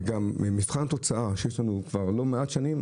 ובמבחן התוצאה שיש לנו כבר לא מעט שנים,